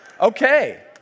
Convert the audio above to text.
Okay